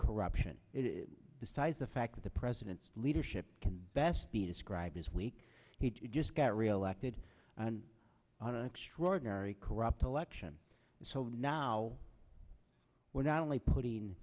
corruption it besides the fact that the president's leadership can best be described as weak he just got reelected and on an extraordinary corrupt election so now we're not only putting